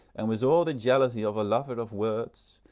and with all the jealousy of a lover of words,